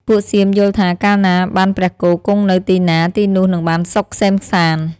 ពួកសៀមយល់ថា កាលណាបានព្រះគោគង់នៅទីណា ទីនោះនឹងបានសុខក្សេមក្សាន្ដ។